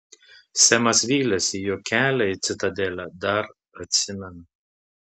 semas vylėsi jog kelią į citadelę dar atsimena